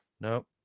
Nope